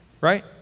right